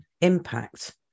impact